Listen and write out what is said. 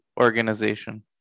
organization